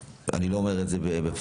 אני לא אומר את זה בפניה,